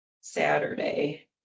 Saturday